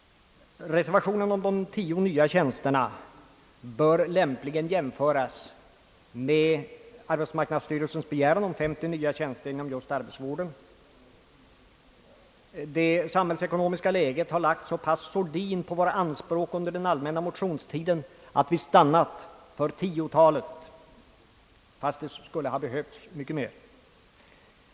Reservationen om de tio nya tjänsterna bör lämpligen jämföras med arbetsmarknadsstyrelsens begäran om 50 nya tjänster inom just arbetsvården. Det samhällsekonomiska läget har lagt sordin på våra anspråk under den allmänna motionstiden så pass mycket att vi stannat för tiotalet, fastän det skulle ha behövts många flera.